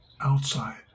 outside